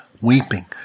weeping